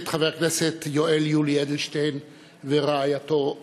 חבר הכנסת יואל יולי אדלשטיין ורעייתו אירנה,